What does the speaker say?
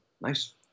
Nice